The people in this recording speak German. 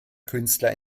künstler